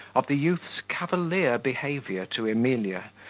of the youth's cavalier behaviour to emilia,